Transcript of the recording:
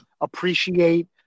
appreciate